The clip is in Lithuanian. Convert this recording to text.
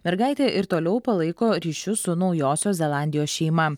mergaitė ir toliau palaiko ryšius su naujosios zelandijos šeima